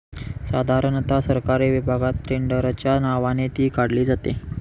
साधारणता सरकारी विभागात टेंडरच्या नावाने ती काढली जाते